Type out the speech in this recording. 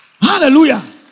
Hallelujah